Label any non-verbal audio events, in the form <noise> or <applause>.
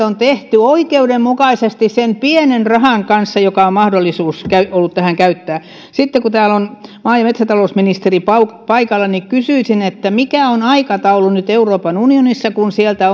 <unintelligible> on tehty oikeudenmukaisesti sen pienen rahan kanssa joka on ollut mahdollista tähän käyttää sitten kun täällä on maa ja metsätalousministeri paikalla kysyisin mikä on aikataulu nyt euroopan unionissa kun sieltä <unintelligible>